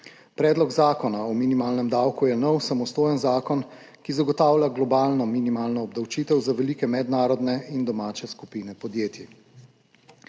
Predlog Zakona o minimalnem davku je nov samostojen zakon, ki zagotavlja globalno minimalno obdavčitev za velike mednarodne in domače skupine podjetij.